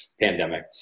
pandemic